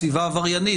היא סביבה עבריינית,